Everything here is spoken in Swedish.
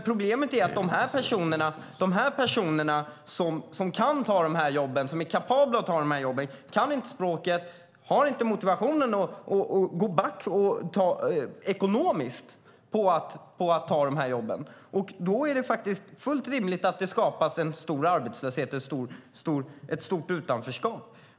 Problemet är att de personer som är kapabla att ta dessa arbeten inte kan språket, och de har inte motivationen att ta jobb som de går back på ekonomiskt. Då är det rimligt att det skapas en stor arbetslöshet och ett stort utanförskap.